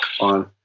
on